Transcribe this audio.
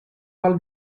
val